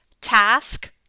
task